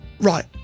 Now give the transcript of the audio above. Right